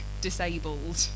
disabled